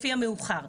לפי המאוחר.